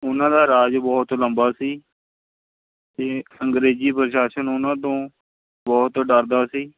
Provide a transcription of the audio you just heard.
ਉਹਨਾਂ ਦਾ ਰਾਜ ਬਹੁਤ ਲੰਬਾ ਸੀ ਅਤੇ ਅੰਗਰੇਜ਼ੀ ਪ੍ਰਸ਼ਾਸਨ ਉਹਨਾਂ ਤੋਂ ਬਹੁਤ ਡਰਦਾ ਸੀ